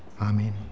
Amen